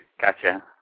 gotcha